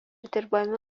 dirbami